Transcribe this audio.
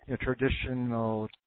traditional